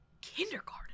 Kindergarten